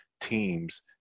teams